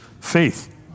faith